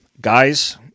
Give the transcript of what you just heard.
Guys